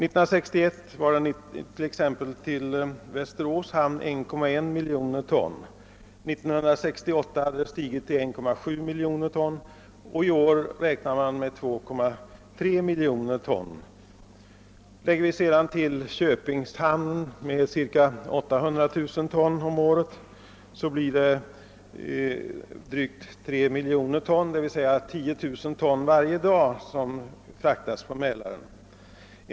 I Västerås hamn var den sålunda år 1961 1,1 miljoner ton och 1968 hade den stigit till 1,7 miljoner ton. I år räknar man med att den kommer att uppgå till 2,3 miljoner ton. Om vi sedan lägger till trafiken på Köpings hamn, ca 800 000 ton om året, blir det drygt 3 miljoner ton, vilket betyder att ca 10 000 ton gods fraktas på Mälaren varje dag.